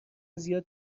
زیاد